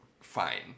fine